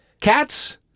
cats